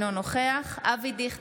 אינו נוכח סימון דוידסון, נגד אבי דיכטר,